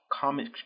comic